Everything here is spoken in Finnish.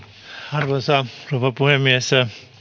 arvoisa rouva puhemies